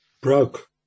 broke